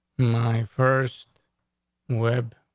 my first web.